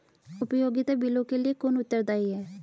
उपयोगिता बिलों के लिए कौन उत्तरदायी है?